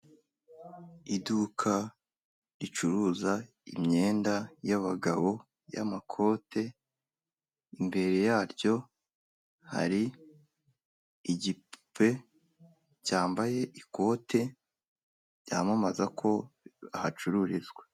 Iduka ricuruza imyenda y'abagabo y'amakote, imbere yaryo hari igipupe cyambaye ikote, cyamamaza ko hacururizwa.